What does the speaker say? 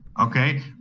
okay